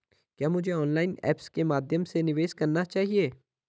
क्या मुझे online apps के माध्यम से निवेश करना चाहिए?